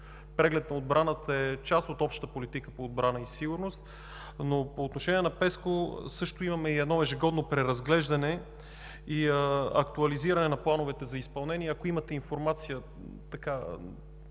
преглед на отбраната е част от Общата политика по отбрана и сигурност, по отношение на ПЕСКО също имаме ежегодно преразглеждане и актуализиране на плановете за изпълнение. Ако имате информация, сега